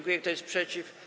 Kto jest przeciw?